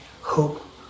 hope